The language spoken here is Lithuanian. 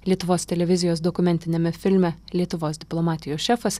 lietuvos televizijos dokumentiniame filme lietuvos diplomatijos šefas